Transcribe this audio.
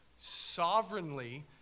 sovereignly